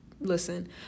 listen